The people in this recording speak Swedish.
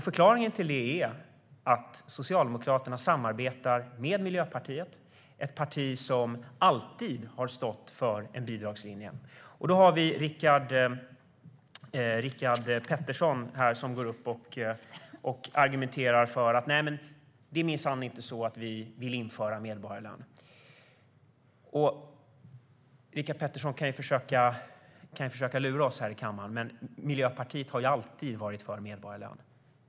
Förklaringen till det är att Socialdemokraterna samarbetar med Miljöpartiet, som är ett parti som alltid har stått för en bidragslinje. Rickard Persson går upp här och säger: Vi vill minsann inte införa medborgarlön. Han kan försöka lura oss här i kammaren, men Miljöpartiet har ju alltid varit för medborgarlön.